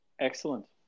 Excellent